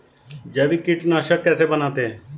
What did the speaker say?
जैविक कीटनाशक कैसे बनाते हैं?